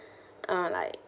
ah like